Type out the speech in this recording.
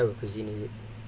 like what type of cuisine is it